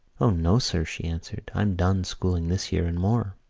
o no, sir, she answered. i'm done schooling this year and more.